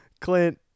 Clint